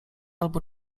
albo